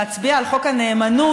להצביע על חוק הנאמנות,